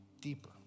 deeper